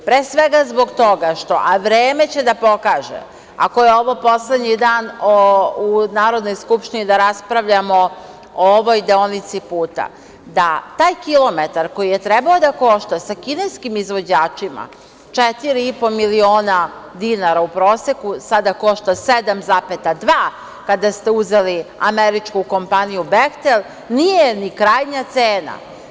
Pre svega, zbog toga, a vreme će da pokaže ako je ovo poslednji dan u Narodnoj skupštini da raspravljamo o ovoj deonici puta, da taj kilometar koji je trebao da košta sa kineskim izvođačima 4,5 miliona dinara, u proseku sada košta 7,2 kada ste uzeli američku kompaniju „Behtel“ nije ni krajnja cena.